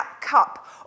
cup